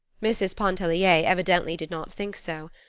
mrs. pontellier evidently did not think so.